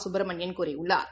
சுப்பிரமணியன் கூறியுள்ளாா்